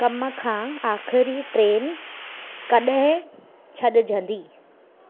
कम खां आख़िरीं ट्रेन कॾहिं छॾजंदी